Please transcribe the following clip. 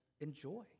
enjoy